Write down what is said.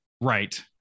right